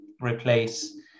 replace